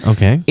Okay